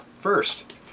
first